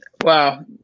Wow